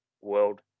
World